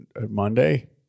Monday